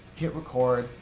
hit record,